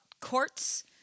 courts